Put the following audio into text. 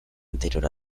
anterior